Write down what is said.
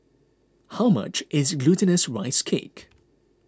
how much is Glutinous Rice Cake